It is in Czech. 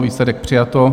Výsledek: přijato.